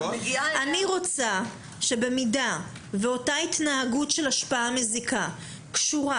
אני רוצה שאם אותה התנהגות של השפעה קשורה